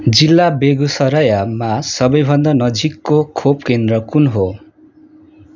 जिल्ला बेगुसरायामा सबैभन्दा नजिकको खोप केन्द्र कुन हो